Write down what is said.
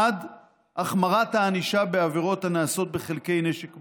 1. החמרת הענישה בעבירות הנעשות בחלקי נשק מהותיים,